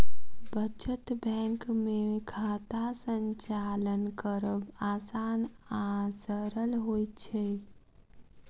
बचत बैंक मे खाता संचालन करब आसान आ सरल होइत छै